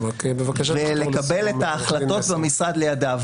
ולקבל את ההחלטות במשרד לידיו.